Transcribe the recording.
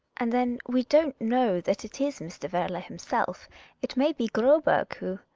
and then we don't know that it is mr. werle himself it may be graberg who